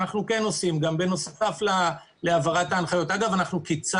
אנחנו יכולים לשלוח לכם את כל ההנחיות שיורדות